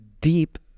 deep